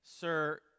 sir